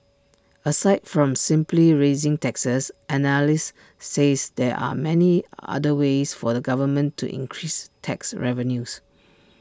aside from simply raising taxes analysts said there are many other ways for the government to increase tax revenues